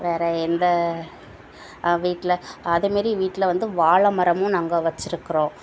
வேறு எந்த வீட்டில் அதேமாரி வீட்டில் வந்து வாழைமரமும் நாங்கள் வச்சுருக்கிறோம்